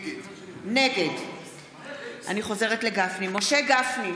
נגד משה גפני,